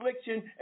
affliction